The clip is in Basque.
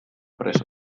preso